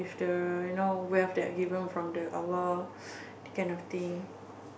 the you know wealth that given with kind of thing